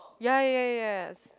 ya ya ya ya